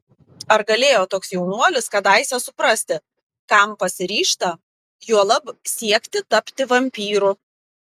ar galėjo toks jaunuolis kadaise suprasti kam pasiryžta juolab siekti tapti vampyru